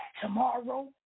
tomorrow